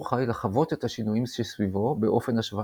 חי לחוות את השינויים שסביבו באופן השוואתי.